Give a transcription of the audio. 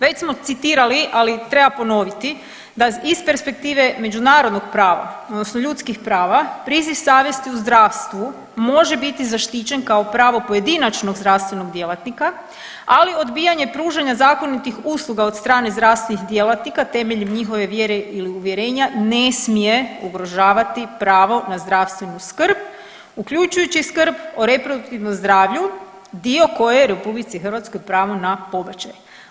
Već smo citirali, ali treba ponoviti da iz perspektive međunarodnog prava odnosno ljudskih prava, priziv savjesti u zdravstvu može biti zaštićen kao pravo pojedinačnog zdravstvenog djelatnika, ali odbijanje pružanja zakonitih usluga od strane zdravstvenih djelatnika temeljem njihove vjere ili uvjerenja ne smije ugrožavati pravo na zdravstvenu skrb uključujući i skrb o reproduktivnom zdravlju dio koji je u RH pravo na pobačaj.